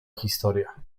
historia